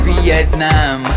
Vietnam